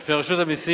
בפני רשות המסים,